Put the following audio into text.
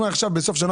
אם בסוף השנה